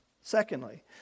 secondly